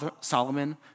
Solomon